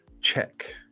check